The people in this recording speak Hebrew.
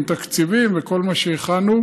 עם תקציבים וכל מה שהכנו,